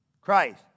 Christ